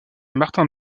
martin